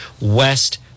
West